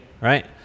Right